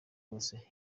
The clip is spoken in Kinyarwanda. wose